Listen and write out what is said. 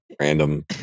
random